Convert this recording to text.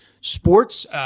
Sports